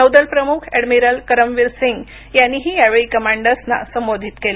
नौदल प्रमुख एडमिरल करमवीर सिंग यांनीही यावेळी कंमाडर्ना संबोधित केलं